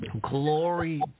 glory